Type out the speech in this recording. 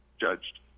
judged